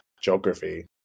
geography